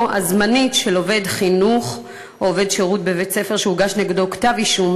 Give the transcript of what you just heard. הזמנית של עובד חינוך או עובד שירות בבית-ספר שהוגש נגדו כתב-אישום